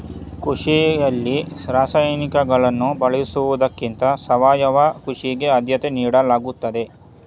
ಕೃಷಿಯಲ್ಲಿ ರಾಸಾಯನಿಕಗಳನ್ನು ಬಳಸುವುದಕ್ಕಿಂತ ಸಾವಯವ ಕೃಷಿಗೆ ಆದ್ಯತೆ ನೀಡಲಾಗುತ್ತದೆ